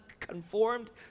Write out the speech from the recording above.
conformed